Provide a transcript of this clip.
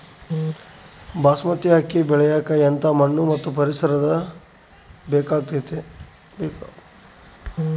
ಬಾಸ್ಮತಿ ಅಕ್ಕಿ ಬೆಳಿಯಕ ಎಂಥ ಮಣ್ಣು ಮತ್ತು ಪರಿಸರದ ಬೇಕಾಗುತೈತೆ?